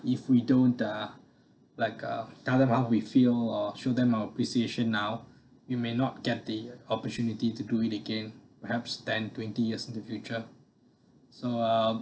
if we don't uh like uh tell them how we feel or show them our appreciation now you may not get the opportunity to do it again perhaps ten twenty years in the future so uh